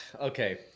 Okay